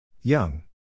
Young